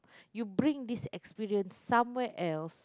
you bring this experience somewhere else